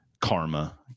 karma